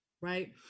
right